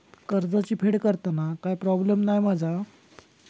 कर्जाची फेड करताना काय प्रोब्लेम नाय मा जा?